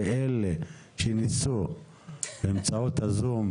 ואלה שניסו באמצעות הזום,